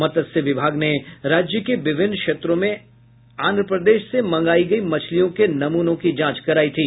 मत्स्य विभाग ने राज्य के विभिन्न क्षेत्रों में आंध्र प्रदेश से मंगायी गई मछलियों के नमूनों की जांच करायी थी